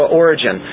origin